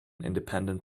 independent